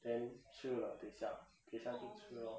then 吃了等下等下去吃咯